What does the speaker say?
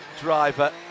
driver